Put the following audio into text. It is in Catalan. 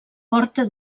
porta